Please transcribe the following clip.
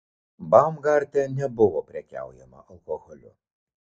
baumgarte nebuvo prekiaujama alkoholiu